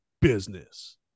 business